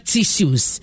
Tissues